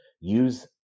use